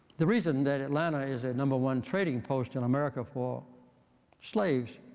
the reason that atlanta is a number one trading post in america for slaves